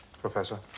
Professor